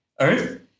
Earth